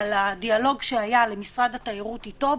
על הדיאלוג שהיה למשרד התיירות איתו.